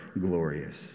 glorious